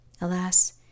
Alas